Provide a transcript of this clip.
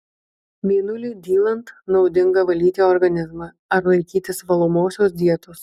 mėnuliui dylant naudinga valyti organizmą ar laikytis valomosios dietos